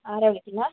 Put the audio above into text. ആരാണ് വിളിക്കുന്നത്